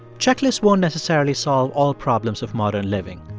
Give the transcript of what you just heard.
checklists won't necessarily solve all problems of modern living.